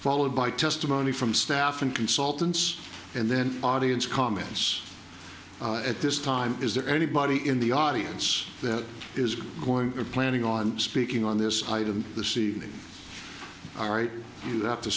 followed by testimony from staff and consultants and then audience comments at this time is there anybody in the audience that is going planning on speaking on this item the c all right you have to